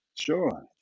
Sure